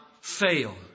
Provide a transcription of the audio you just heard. fail